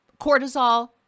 cortisol